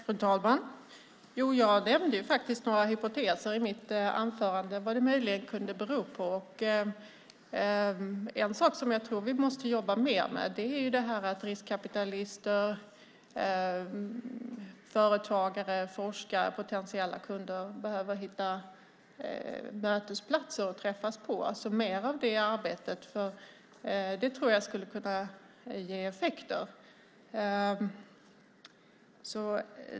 Fru talman! Jag nämnde faktiskt några hypoteser i mitt anförande för vad det möjligen kunde bero på. En sak jag tror att vi måste jobba mer med är att riskkapitalister, företagare, forskare och potentiella kunder behöver hitta mötesplatser att träffas på. Jag tror att mer av det arbetet skulle kunna ge effekter.